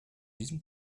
diesem